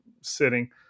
sitting